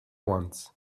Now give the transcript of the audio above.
wants